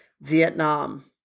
Vietnam